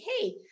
hey